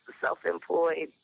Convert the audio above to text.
self-employed